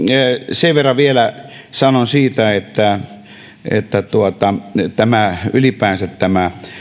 sen verran vielä sanon siitä että että ylipäänsä tämä